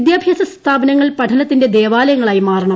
വിദ്യാഭ്യാസ സ്ഥാപനങ്ങൾ പഠനത്തിന്റെ ദേവാലയങ്ങളായി മാറണം